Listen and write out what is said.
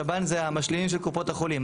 שב"ן זה המשלימים של קופות החולים,